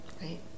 right